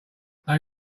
they